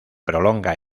prolonga